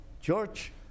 George